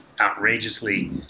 outrageously